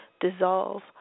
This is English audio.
dissolve